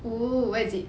oo where is it